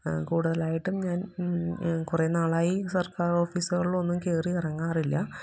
കൂട്തലായിട്ടും ഞാൻ കുറെ നാളായി സർക്കാർ ഓഫീസുകൾളൊന്നും കയറി ഇറങ്ങാറില്ല